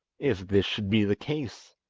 if this should be the case,